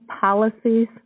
policies